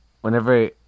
whenever